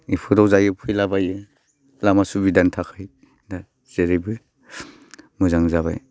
इफोराव जायो फैलाबायो लामा सुबिदानि थाखाय दा जेरैबो मोजां जाबाय